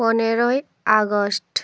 পনেরোই আগস্ট